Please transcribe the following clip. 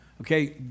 Okay